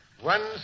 one